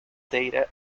data